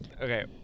okay